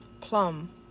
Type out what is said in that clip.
Plum